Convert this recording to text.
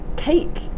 cake